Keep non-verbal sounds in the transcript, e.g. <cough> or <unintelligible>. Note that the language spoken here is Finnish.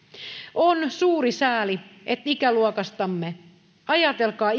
on suuri sääli että ikäluokastamme ajatelkaa <unintelligible>